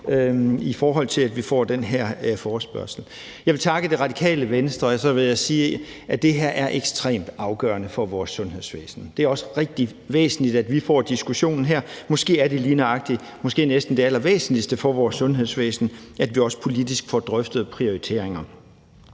i forhold til at vi får den her forespørgselsdebat. Jeg vil takke Radikale Venstre, og så vil jeg sige, at det her er ekstremt afgørende for vores sundhedsvæsen. Det er også rigtig væsentligt, at vi får diskussionen her, og måske er det næsten det allervæsentligste for vores sundhedsvæsen, at vi også politisk får drøftet prioriteringerne.